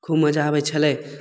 खूब मजा आबय छलै